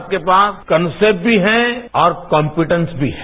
भारत के पास कॉनसेप्ट भी है और कॉनफिडेन्स भी है